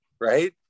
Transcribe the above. right